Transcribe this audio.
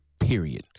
Period